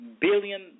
billion